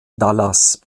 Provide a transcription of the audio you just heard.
dallas